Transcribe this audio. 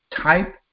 type